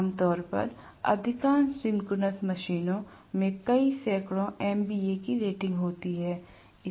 आम तौर पर अधिकांश सिंक्रोनस मशीनों में कई सैकड़ों MVA की रेटिंग होती है